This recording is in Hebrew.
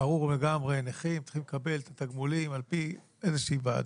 זה ברור לגמרי שנכים צריכים לקבל את התגמולים על פי איזו שהיא ועדה.